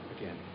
again